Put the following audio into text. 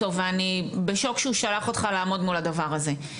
אותו ואני בשוק שהוא שלח אותך לעמוד מול הדבר הזה.